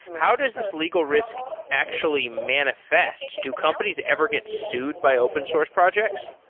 how does this legal risk actually manifest? do companies ever gets sued by open source projects?